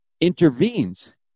intervenes